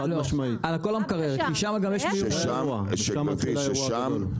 שם מתחיל האירוע הגדול.